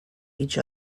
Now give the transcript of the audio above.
each